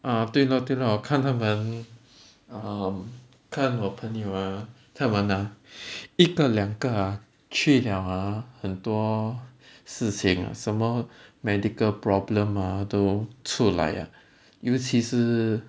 ah 对 lor 对 lor 我看他们 um 看我朋友啊他们啊一个两个啊去了啊很多事情啊什么 medical problem 啊都出来了尤其是